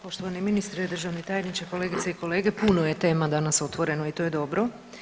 Poštovani ministre i državni tajniče, kolegice i kolege, puno je tema danas otvoreno i to je dobro.